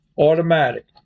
Automatic